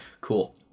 cool